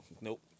Nope